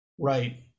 Right